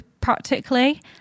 practically